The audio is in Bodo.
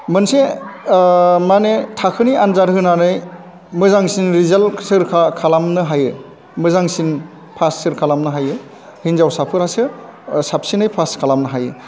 मोनसे माने थाखोनि आन्जाद होनानै मोजांसिन रिजाल्ट सोर खालामनो हायो मोजांसिन पास सोर खालामनो हायो हिन्जावसाफोरासो साबसिनै पास खालामनो हायो